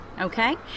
okay